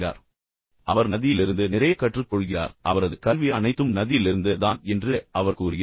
மேலும் அவர் கூறுகிறார் அவர் நதியிலிருந்து நிறைய கற்றுக்கொள்கிறார் என்று அவரது கல்வி அனைத்தும் நதியிலிருந்து தான் என்று அவர் கூறுகிறார்